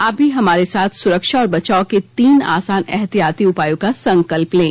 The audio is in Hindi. आप भी हमारे साथ सुरक्षा और बचाव के तीन आसान एहतियाती उपायों का संकल्प लें